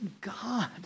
God